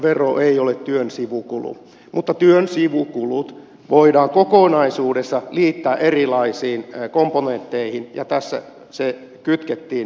arvonlisävero ei ole työn sivukulu mutta työn sivukulut voidaan kokonaisuudessa liittää erilaisiin komponentteihin ja tässä ne kytkettiin arvonlisäveroon